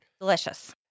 Delicious